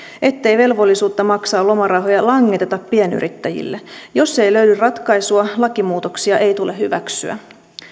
ettei velvollisuutta maksaa lomarahoja langeteta pienyrittäjille jos ei löydy ratkaisua lakimuutoksia ei tule hyväksyä